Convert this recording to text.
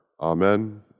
Amen